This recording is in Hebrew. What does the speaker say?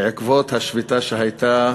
בעקבות השביתה שהייתה